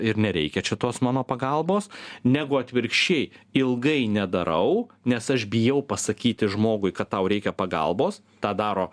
ir nereikia čia tos mano pagalbos negu atvirkščiai ilgai nedarau nes aš bijau pasakyti žmogui kad tau reikia pagalbos tą daro